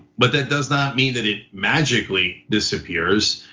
but that does not mean that it magically disappears.